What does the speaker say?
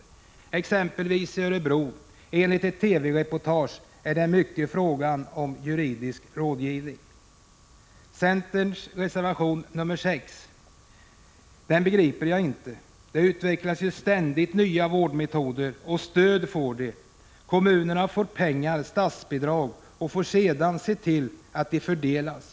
I exempelvis Örebro är det enligt ett TV reportage mycket fråga om juridisk rådgivning. Centerns reservation 6 begriper jag inte. Det utvecklas ju ständigt nya vårdmetoder, och stöd får de. Kommunerna får statsbidrag och får sedan se till att pengarna fördelas.